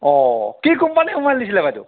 অঁ কি company mobile নিছিলে বাইদেউ